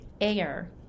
air